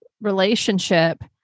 relationship